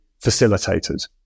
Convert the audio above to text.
facilitated